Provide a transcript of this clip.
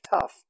tough